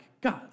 God